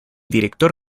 director